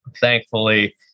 thankfully